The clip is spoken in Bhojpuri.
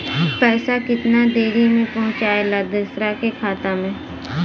पैसा कितना देरी मे पहुंचयला दोसरा के खाता मे?